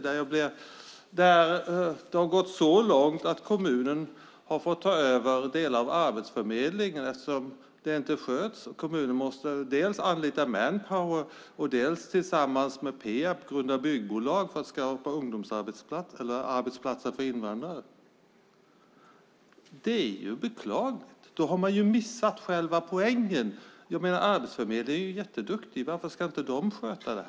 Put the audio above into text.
Där har det gått så långt att kommunen har fått ta över delar av Arbetsförmedlingen eftersom det inte sköts. Kommunen måste dels anlita Manpower, dels tillsammans med Peab grunda byggbolag för att skapa ungdomsarbetsplatser och arbetsplatser för invandrare. Det är beklagligt. Då har man missat själva poängen. Arbetsförmedlingen är jätteduktig, så varför ska inte den sköta detta?